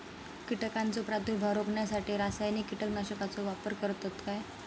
कीटकांचो प्रादुर्भाव रोखण्यासाठी रासायनिक कीटकनाशकाचो वापर करतत काय?